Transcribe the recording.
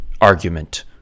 argument